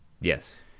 Yes